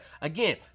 Again